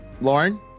Lauren